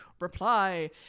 Reply